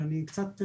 ואני קצת,